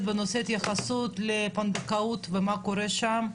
בנושא התייחסות לפונדקאות ומה קורה שם,